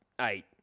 eight